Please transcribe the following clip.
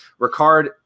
Ricard